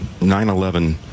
9-11